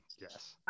Yes